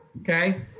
okay